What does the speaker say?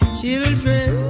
children